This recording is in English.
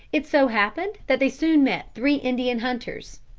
it so happened that they soon met three indian hunters.